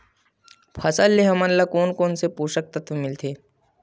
फसल से हमन ला कोन कोन से पोषक तत्व मिलथे?